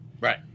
Right